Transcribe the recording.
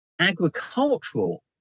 Agricultural